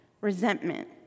resentment